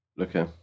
Okay